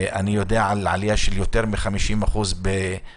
אני יודע על עלייה של יותר מ-50% בצפון,